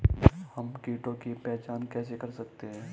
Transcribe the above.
हम कीटों की पहचान कैसे कर सकते हैं?